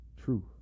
truth